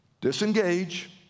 Disengage